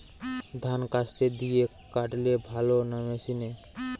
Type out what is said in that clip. ধান কাস্তে দিয়ে কাটলে ভালো না মেশিনে?